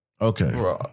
Okay